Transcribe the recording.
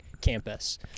campus